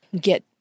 get